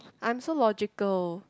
I'm so logical